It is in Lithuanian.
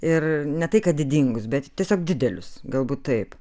ir ne tai kad didingus bet tiesiog didelius galbūt taip